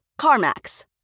CarMax